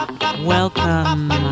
welcome